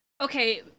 okay